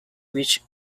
which